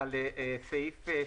למעשה זה על סעיף 16ב(ג)